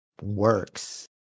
works